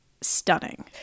stunning